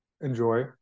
enjoy